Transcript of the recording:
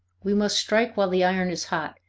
we must strike while the iron is hot.